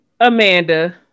Amanda